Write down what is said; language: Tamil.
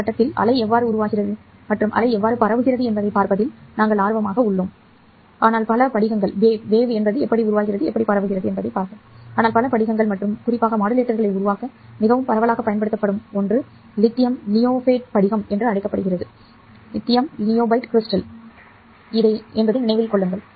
இந்த கட்டத்தில் அலை எவ்வாறு உருவாகிறது மற்றும் அலை எவ்வாறு பரவுகிறது என்பதைப் பார்ப்பதில் நாங்கள் ஆர்வமாக உள்ளோம் சரி ஆனால் பல படிகங்கள் மற்றும் குறிப்பாக மாடுலேட்டர்களை உருவாக்க மிகவும் பரவலாகப் பயன்படுத்தப்படும் ஒன்றை இது லித்தியம் நியோபேட் படிகம் என்று அழைக்கப்படுகிறது என்பதை நினைவில் கொள்ளுங்கள்